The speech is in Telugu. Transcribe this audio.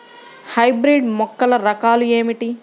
హైబ్రిడ్ మొక్కల రకాలు ఏమిటీ?